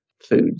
foods